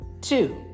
two